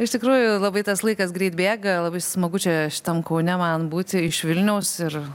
iš tikrųjų labai tas laikas greit bėga labai smagu čia šitam kaune man būti iš vilniaus ir